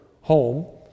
home